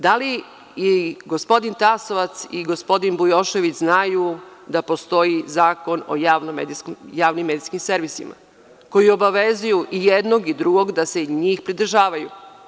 Da li gospodin Tasovac i gospodin Bujošević znaju da postoji Zakon o javnim medijskim servisima koji obavezuju i jednog i drugog da senjih pridržavaju?